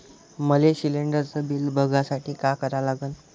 मले शिलिंडरचं बिल बघसाठी का करा लागन?